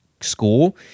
school